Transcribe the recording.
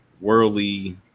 worldly